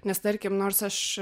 nes tarkim nors aš